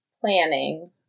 planning